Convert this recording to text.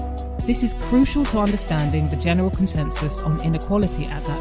this is crucial to understanding the general consensus on inequality at that